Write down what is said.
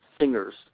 singers